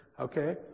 okay